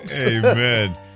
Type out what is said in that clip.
Amen